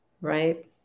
Right